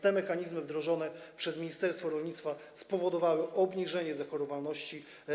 Te mechanizmy wdrożone przez ministerstwo rolnictwa spowodowały obniżenie zachorowalności.